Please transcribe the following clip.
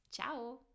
Ciao